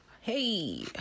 Hey